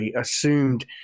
assumed